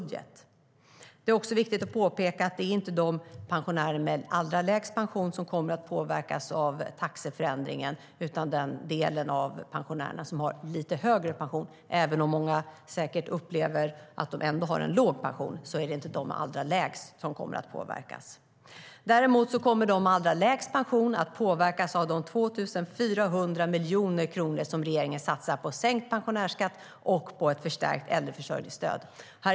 Det är också viktigt att påpeka att det inte är de pensionärer med allra lägst pension som kommer att påverkas av taxeförändringen, utan det är den del av pensionärerna som har lite högre pension. Även om många av dem säkert upplever att de har en låg pension, är det inte de med allra lägst pension som kommer att påverkas. Däremot kommer de med allra lägst pension att påverkas av de 2 400 miljoner kronor som regeringen satsar på sänkt pensionärsskatt och på ett förstärkt äldreförsörjningsstöd.